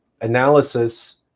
analysis